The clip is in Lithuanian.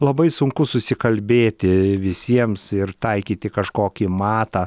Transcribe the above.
labai sunku susikalbėti visiems ir taikyti kažkokį matą